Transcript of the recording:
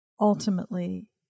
ultimately